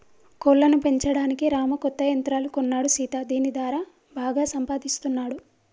కోళ్లను పెంచడానికి రాము కొత్త యంత్రాలు కొన్నాడు సీత దీని దారా బాగా సంపాదిస్తున్నాడు